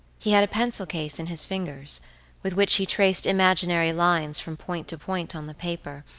he had a pencil case in his fingers with which he traced imaginary lines from point to point on the paper,